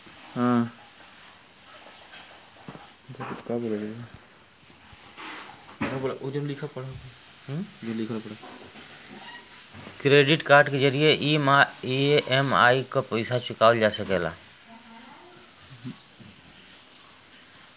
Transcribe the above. credit card के जरिये EMI क पइसा चुकावल जा सकला